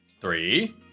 Three